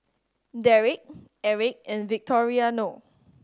Derik Erich and Victoriano